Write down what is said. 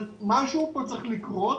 אבל משהו פה צריך לקרות,